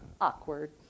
Awkward